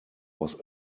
was